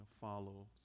follow